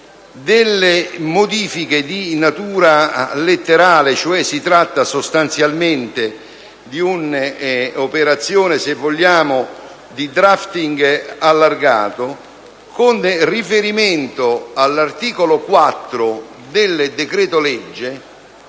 delle modifiche di natura letterale, cioè si tratta sostanzialmente di un'operazione, se vogliamo, di *drafting* allargato, con riferimento all'articolo 4 del decreto-legge,